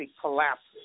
collapses